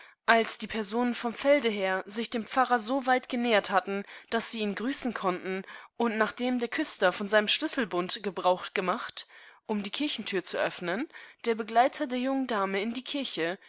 als die personen vom felder her sich dem pfarrer so weit genähert hatten daß sie ihn grüßenkonnten undnachdemderküstervonseinemschlüsselbundgebrauchgemacht um die kirchentür zu öffnen der begleiter der jungen dame in die kirche